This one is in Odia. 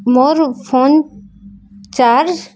ମୋର ଫୋନ୍ ଚାର୍ଜ